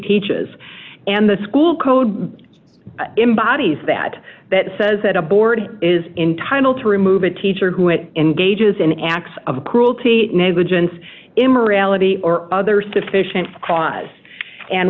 teaches and the school code embodies that that says that a board is entitle to remove a teacher who it engages in acts of cruelty negligence immorality or other sufficient cause and